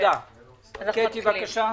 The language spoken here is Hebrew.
אנחנו ביקשנו את מה שאתה אומר עכשיו.